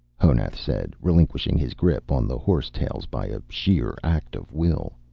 honath said, relinquishing his grip on the horsetails by a sheer act of will.